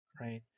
Right